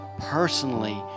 personally